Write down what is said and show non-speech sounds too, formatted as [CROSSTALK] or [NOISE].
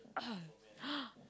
ugh [NOISE]